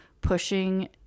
pushing